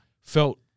Felt